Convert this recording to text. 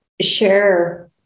share